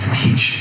teach